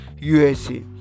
USA